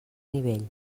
nivell